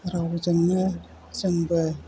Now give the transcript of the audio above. रावजोंनो जोंबो